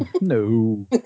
no